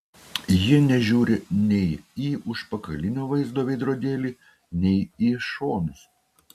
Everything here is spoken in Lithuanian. ji nežiūri nei į užpakalinio vaizdo veidrodėlį nei į šonus